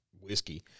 whiskey